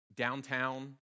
Downtown